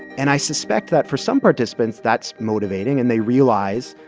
and i suspect that, for some participants, that's motivating, and they realize,